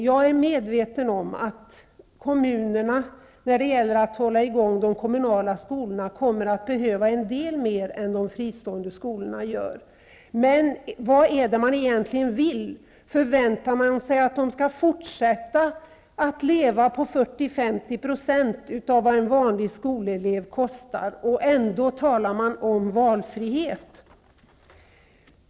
Jag är medveten om att kommunerna kommer att behöva mer pengar än vad de fristående skolorna får, för att hålla i gång de kommunala skolorna. Vad är det man vill egentligen? Förväntar man sig att de fristående skolorna skall fortsätta att leva på 40-- 50 % av vad en vanlig skolelev kostar? Ändå talar man om valfrihet.